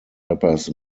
rappers